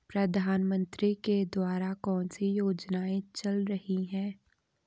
प्रधानमंत्री के द्वारा कौनसी योजनाएँ चल रही हैं?